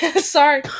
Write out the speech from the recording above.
Sorry